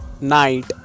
night